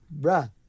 bruh